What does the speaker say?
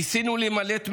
ניסינו להימלט מהעיר,